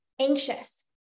anxious